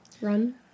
Run